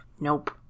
Nope